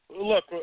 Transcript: look